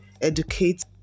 educate